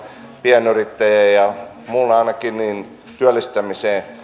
pienyrittäjä ja ainakin minusta työllistämiseen